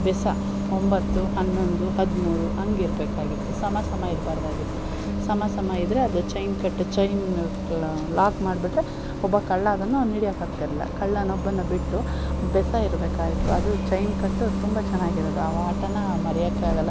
ಬೆಸ ಒಂಬತ್ತು ಹನ್ನೊಂದು ಹದಿಮೂರು ಹಂಗಿರ್ಬೇಕಾಗಿತ್ತು ಸಮ ಸಮ ಇರಬಾರ್ದಾಗಿತ್ತು ಸಮ ಸಮ ಇದ್ದರೆ ಅದು ಚೈನ್ ಕಟ್ ಚೈನ್ ಲಾಕ್ ಮಾಡಿಬಿಟ್ರೆ ಒಬ್ಬ ಕಳ್ಳ ಅದನ್ನು ಹಿಡಿಯೋಕಾಗ್ತಿರ್ಲಿಲ್ಲ ಕಳ್ಳನೊಬ್ಬನ ಬಿಟ್ಟು ಬೆಸ ಇರಬೇಕಾಗಿತ್ತು ಅದು ಚೈನ್ ಕಟ್ಟು ತುಂಬ ಚೆನ್ನಾಗಿರೋದು ಆ ಆಟನ ಮರಿಯೋಕ್ಕೆ ಆಗೋಲ್ಲ